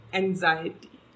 anxiety